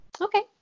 Okay